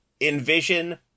envision